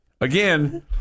again